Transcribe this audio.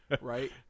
right